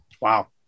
Wow